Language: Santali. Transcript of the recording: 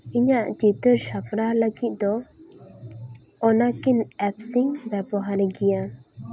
ᱤᱧᱟᱹᱜ ᱪᱤᱛᱟᱹᱨ ᱥᱟᱯᱲᱟᱣ ᱞᱟᱹᱜᱤᱫ ᱫᱚ ᱚᱱᱟᱠᱤᱱ ᱮᱯᱥᱤᱧ ᱵᱮᱵᱚᱦᱟᱨ ᱜᱮᱭᱟ